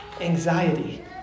Anxiety